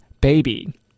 baby